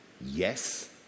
yes